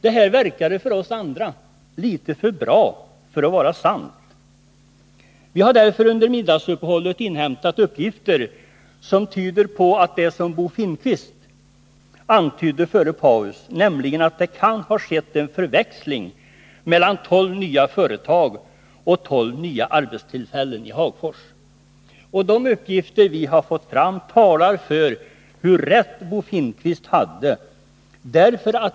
Det här verkar på oss andra som om det skulle vara för bra för att vara sant. Vi har därför under middagsuppehållet inhämtat uppgifter som tyder på att det som Bo Finnkvist antydde före pausen stämde, nämligen att det kan ha skett en förväxling mellan 12 nya företag och 12 nya arbetstillfällen i Hagfors. De uppgifter vi har fått fram talar för hur rätt Bo Finnkvist hade.